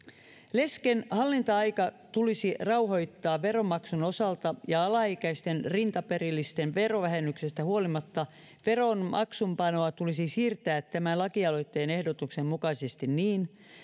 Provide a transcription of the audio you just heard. lesken hallinta aika tulisi rauhoittaa veronmaksun osalta ja alaikäisten rintaperillisten verovähennyksestä huolimatta veron maksuunpanoa tulisi siirtää tämän lakialoitteen ehdotuksen mukaisesti niin